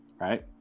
right